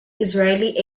israeli